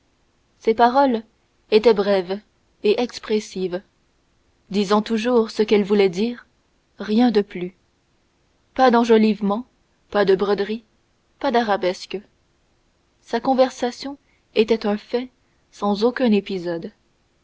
ses paroles étaient brèves et expressives disant toujours ce qu'elles voulaient dire rien de plus pas d'enjolivements pas de broderies pas d'arabesques sa conversation était un fait sans aucun épisode